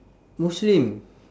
muslim